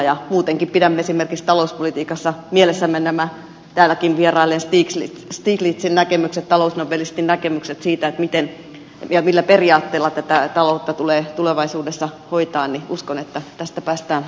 ja muutenkin jos pidämme esimerkiksi talouspolitiikassa mielessämme nämä täälläkin vierailleen stiglitzin talousnobelistin näkemykset siitä miten ja millä periaatteella tätä taloutta tulee tulevaisuudessa hoitaa niin uskon että tästä päästään eteenpäin